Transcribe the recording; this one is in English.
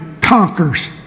conquers